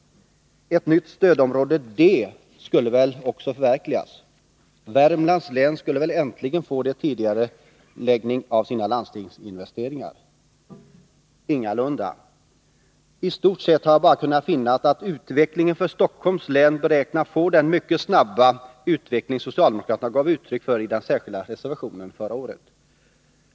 Ett nytt stödområde D skulle väl också förverkligas? Värmlands län skulle väl äntligen få tidigarelägga sina landstingsinvesteringar? Ingalunda. I stort sett har jag bara kunnat finna att utvecklingen för Stockholms län beräknas få den mycket snabba utveckling som socialdemokraterna gav uttryck för i den särskilda reservationen förra året.